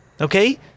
okay